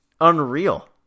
unreal